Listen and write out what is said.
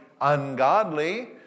ungodly